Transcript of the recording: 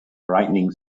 frightening